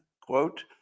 quote